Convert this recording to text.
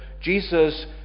Jesus